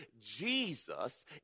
Jesus